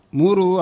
muru